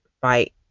fight